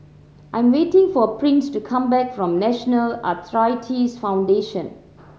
I'm waiting for Prince to come back from National Arthritis Foundation